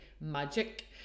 Magic